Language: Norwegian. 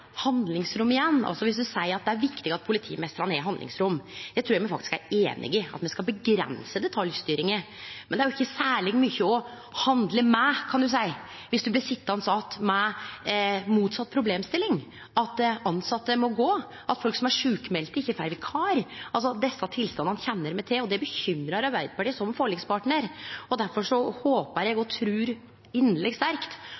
handlingsrom igjen – viss ein seier det er viktig at politimeistrane har handlingsrom, og eg trur faktisk alle er einige om at me skal avgrense detaljstyringa. Men det er ikkje særleg mykje å handle med, kan ein seie, viss ein blir sitjande att med motsett problemstilling, at tilsette må gå, at folk som er sjukmelde, ikkje får vikar. Desse tilstandane kjenner me til, og det bekymrar Arbeidarpartiet som forlikspartnar. Difor håpar og trur eg inderleg sterkt